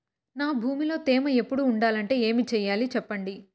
నా భూమిలో తేమ ఎప్పుడు ఉండాలంటే ఏమి సెయ్యాలి చెప్పండి?